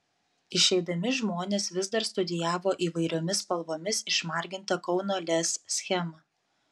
išeidami žmonės vis dar studijavo įvairiomis spalvomis išmargintą kauno lez schemą